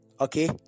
Okay